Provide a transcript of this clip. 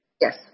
Yes